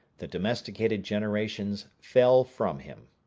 the domesticated generations fell from him.